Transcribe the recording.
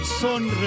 son